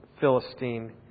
Philistine